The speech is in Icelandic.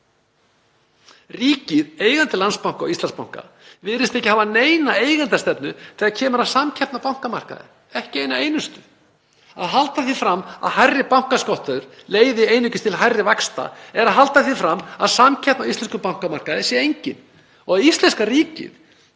Ríkið, eigandi Landsbanka og Íslandsbanka, virðist ekki hafa neina eigendastefnu þegar kemur að samkeppni á bankamarkaði. Að halda því fram að hærri bankaskattur leiði einungis til hærri vaxta er að halda því fram að samkeppni á íslenskum bankamarkaði sé engin og að íslenska ríkið,